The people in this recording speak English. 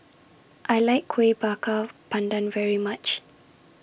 I like Kuih Bakar Pandan very much